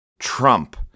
Trump